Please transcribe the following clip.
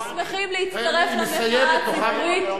היינו שמחים להצטרף למחאה הציבורית,